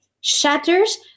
shatters